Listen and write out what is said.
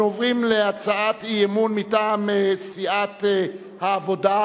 אנחנו עוברים להצעת אי-אמון מטעם סיעת העבודה,